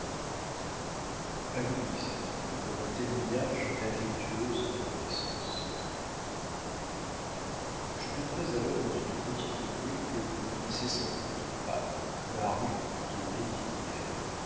louise comme un témoignage d'affectueuse reconnaissance je demeurais alors dans une petite rue que vous ne connaissez sans doute pas la rue de